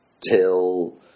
till